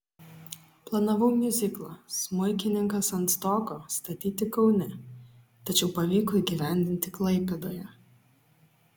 planavau miuziklą smuikininkas ant stogo statyti kaune tačiau pavyko įgyvendinti klaipėdoje